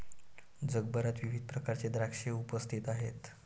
जगभरात विविध प्रकारचे द्राक्षे उपस्थित आहेत